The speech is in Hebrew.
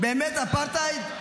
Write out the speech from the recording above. למה 20 דקות?